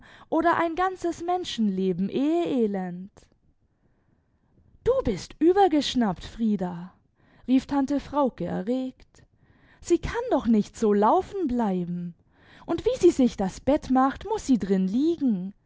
oder ein ganzes menschenleben eheelend du bist übergeschnappt frieda rief tante frauke erregt sie kann doch nicht so laufen bleiben und wie sie sich das bett macht muß sie drin liegen